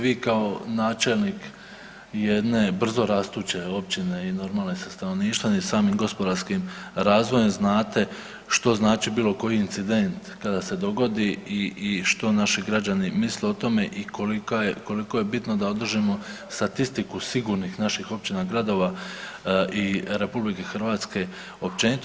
Vi kao načelnik jedne brzorastuće općine i normalno sa stanovništvom i samim gospodarskim razvojem znate što znači bilo koji incident kada se dogodi i što naši građani misle o tome i koliko je bitno da održimo statistiku sigurnih naših općina, gradova i RH općenito.